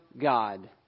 God